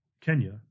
Kenya